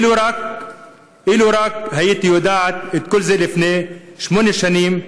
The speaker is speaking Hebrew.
אילו רק הייתי יודעת את כל זה לפני שמונה שנים,